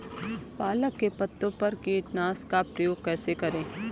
पालक के पत्तों पर कीटनाशक का प्रयोग कैसे करें?